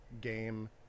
game